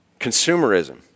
consumerism